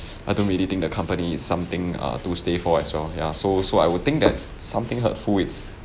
I don't really think the uh company is something err to stay for as well ya so so I would think that something hurtful it's